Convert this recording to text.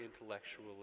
intellectual